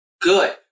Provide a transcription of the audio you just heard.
good